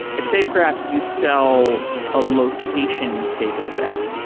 at safegraph you sell a location dataset.